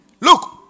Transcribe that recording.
Look